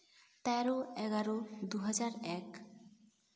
ᱛᱮᱨᱳ ᱮᱜᱟᱨᱳ ᱫᱩ ᱦᱟᱡᱟᱨ ᱮᱠ